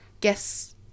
guess